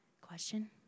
question